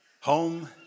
home